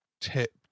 tipped